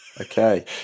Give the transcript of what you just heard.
Okay